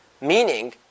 meaning